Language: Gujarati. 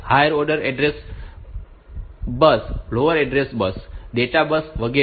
higher order address bus lower order address bus data bus વગેરે